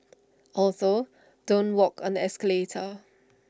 also don't walk on the escalator